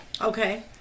Okay